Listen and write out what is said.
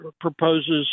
proposes